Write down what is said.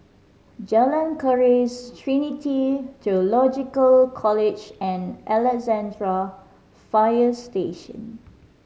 Jalan Keris Trinity Theological College and Alexandra Fire Station